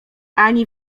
ani